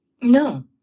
No